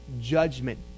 judgment